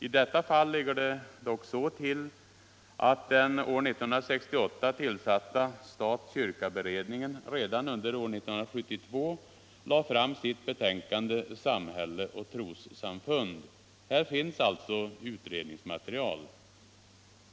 I detta fall ligger det dock så till, att den år 1968 tillsatta stat-kyrka-beredningen redan under år 1972 lade fram sitt betänkande Samhälle och trossamfund. Här finns alltså utredningsmaterial.